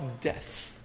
Death